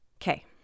Okay